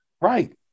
Right